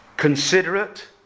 Considerate